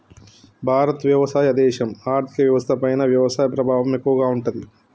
భారత్ వ్యవసాయ దేశం, ఆర్థిక వ్యవస్థ పైన వ్యవసాయ ప్రభావం ఎక్కువగా ఉంటది